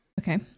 Okay